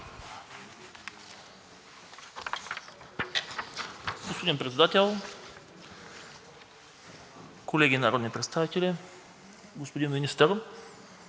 Господин Председател, колеги народни представители! Господин Министър,